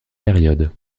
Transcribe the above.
période